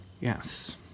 Yes